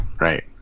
right